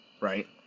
right